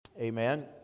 Amen